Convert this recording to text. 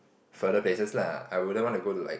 further places lah I wouldn't want to go to like